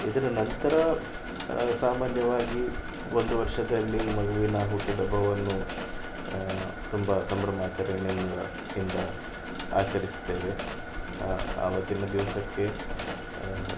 ಇದರ ನಂತರ ಸಾಮಾನ್ಯವಾಗಿ ಒಂದು ವರ್ಷದಲ್ಲಿ ಮಗುವಿನ ಹುಟ್ಟಿದಬ್ಬವನ್ನು ತುಂಬ ಸಂಭ್ರಮಾಚರಣೆಯಿಂದ ಯಿಂದ ಆಚರಿಸ್ತೇವೆ ಆವತ್ತಿನ ದಿವಸಕ್ಕೆ